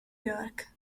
york